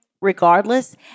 regardless